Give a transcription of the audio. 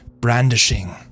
brandishing